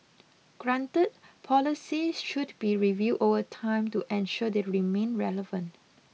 granted policies should be reviewed over time to ensure they remain relevant